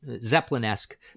Zeppelin-esque